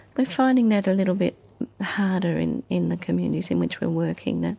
we're finding that a little bit harder in in the communities in which we're working.